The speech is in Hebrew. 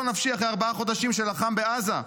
נפשי אחרי ארבעה חודשים שלחם בעזה.